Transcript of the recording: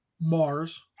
Mars